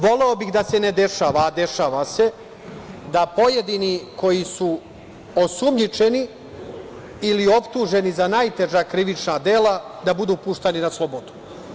Voleo bih da se ne dešava, a dešava se da pojedini koji su osumnjičeni ili optuženi za najteža krivična dela, da budu puštani na slobodu.